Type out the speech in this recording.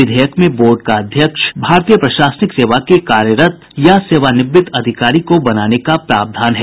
विधेयक में बोर्ड का अध्यक्ष भारतीय प्रशासनिक सेवा के सेवारत या सेवानिवृत अधिकारी को बनाने का प्रावधान है